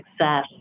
success